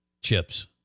Chips